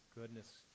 Goodness